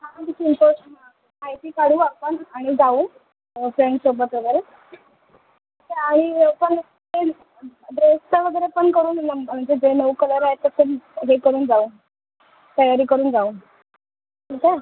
आपण तिथे इंफोमेशन माहिती काढू आपण आणि जाऊ फ्रेंडसोबत वगैरे तिथे ड्रेसचं वगैरे पण करून नंब म्हणजे जे नऊ कलर आहे तर सं हे करून जाऊ तयारी करून जाऊ ठीक आहे